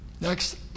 Next